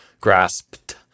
grasped